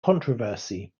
controversy